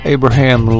Abraham